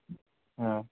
ہاں